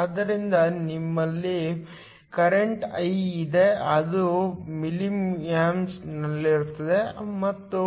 ಆದ್ದರಿಂದ ನಮ್ಮಲ್ಲಿ current I ಇದೆ ಅದು ಮಿಲಿಯಾಂಪ್ಸ್ನಲ್ಲಿರುತ್ತದೆ ಮತ್ತು